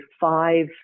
five